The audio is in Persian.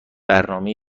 برنامه